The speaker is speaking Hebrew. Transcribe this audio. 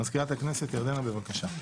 מזכירת הכנסת ירדנה, בבקשה.